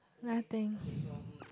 nothing